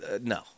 No